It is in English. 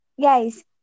Guys